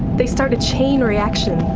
they start a chain reaction,